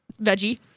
Veggie